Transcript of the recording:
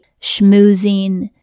schmoozing